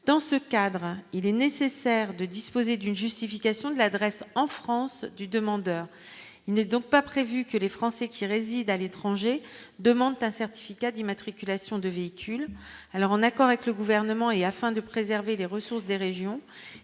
dans ce cadre, il est nécessaire de disposer d'une justification de l'adresse en France du demandeur, il n'est donc pas prévu que les Français qui résident à l'étranger, demandent un certificat d'immatriculation de véhicules alors en accord avec le gouvernement et afin de préserver les ressources des régions